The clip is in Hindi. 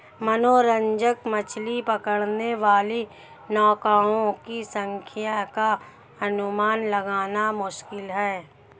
मनोरंजक मछली पकड़ने वाली नौकाओं की संख्या का अनुमान लगाना मुश्किल है